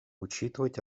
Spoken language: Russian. учитывать